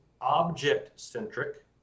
object-centric